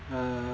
uh